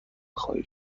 خواهید